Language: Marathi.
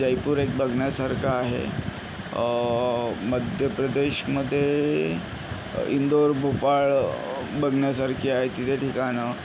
जयपूर एक बघण्यासारखंं आहे मध्यप्रदेशमध्ये इंदूर भोपाळ बघण्यासारखे आहे तिथे ठिकाणं